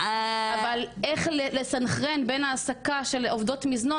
אבל איך לסנכרן בין העסקה של עובדות מזנון,